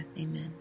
Amen